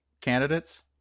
candidates